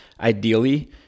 Ideally